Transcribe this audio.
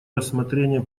рассмотрение